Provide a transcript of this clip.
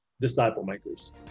disciple-makers